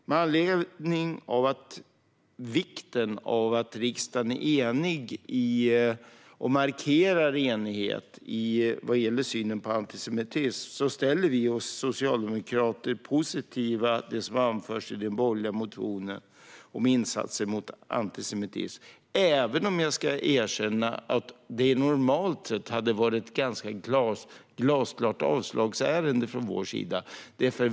Med anledning av vikten av att riksdagen är enig och markerar enighet vad gäller synen på antisemitism ställer vi socialdemokrater oss positiva till det som anförs i den borgerliga motionen om insatser mot antisemitism, även om jag ska erkänna att det normalt sett hade varit ett glasklart avslagsärende från vår sida.